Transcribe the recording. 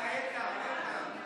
הארכת רישיון לישיבת ביקור